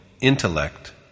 intellect